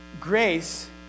Grace